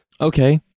Okay